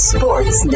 Sports